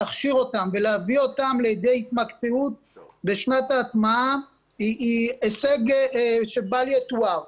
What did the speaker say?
להכשיר אותם ולהביא אותם לידי התמקצעות בשנת ההטמעה היא הישג בל יתואר.